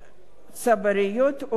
צבריות או ותיקות.